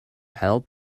help